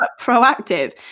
proactive